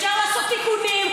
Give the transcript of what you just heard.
אפשר לעשות תיקונים,